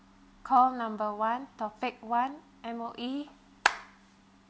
call number one topic one M_O_E